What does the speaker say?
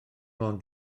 ond